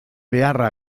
beharra